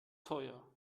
teuer